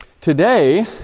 Today